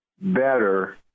better